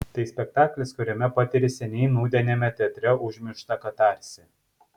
tai spektaklis kuriame patiri seniai nūdieniame teatre užmirštą katarsį